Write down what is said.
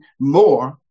more